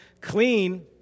clean